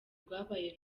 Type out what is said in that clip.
rwabaye